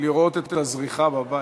לראות את הזריחה בבית.